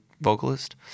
vocalist